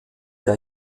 der